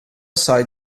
side